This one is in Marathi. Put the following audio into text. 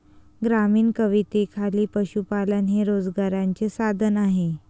ग्रामीण कवितेखाली पशुपालन हे रोजगाराचे साधन आहे